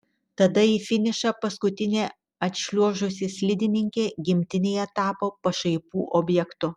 tada į finišą paskutinė atšliuožusi slidininkė gimtinėje tapo pašaipų objektu